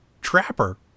trapper